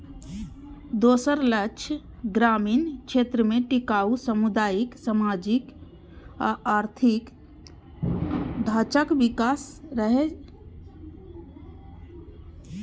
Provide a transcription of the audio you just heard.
दोसर लक्ष्य ग्रामीण क्षेत्र मे टिकाउ सामुदायिक, सामाजिक आ आर्थिक ढांचाक विकास रहै